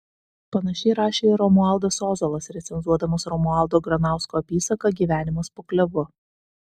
panašiai rašė ir romualdas ozolas recenzuodamas romualdo granausko apysaką gyvenimas po klevu